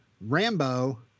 Rambo